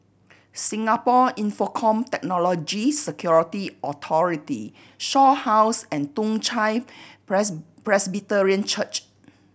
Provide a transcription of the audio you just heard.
Singapore Infocomm Technology Security Authority Shaw House and Toong Chai Press Presbyterian Church